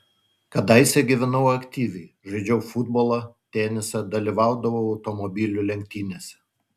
kadaise gyvenau aktyviai žaidžiau futbolą tenisą dalyvaudavau automobilių lenktynėse